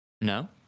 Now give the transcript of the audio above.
No